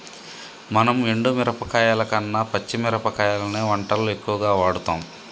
మనం ఎండు మిరపకాయల కన్న పచ్చి మిరపకాయలనే వంటల్లో ఎక్కువుగా వాడుతాం